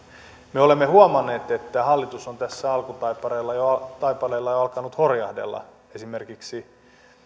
me olemme huomanneet että hallitus on tässä alkutaipaleella jo alkanut horjahdella esimerkiksi